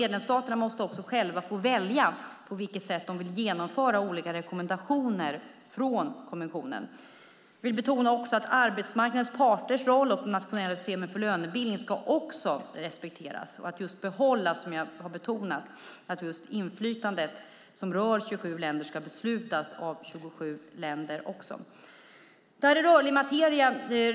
Medlemsstaterna måste själva få välja på vilket sätt de vill hantera olika rekommendationer från kommissionen. Jag vill betona att arbetsmarknadens parters roll och de nationella systemen för lönebildning också ska respekteras. Ett inflytande som rör 27 länder ska beslutas av 27 länder. Det är rörlig materia.